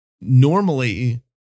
normally